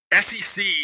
SEC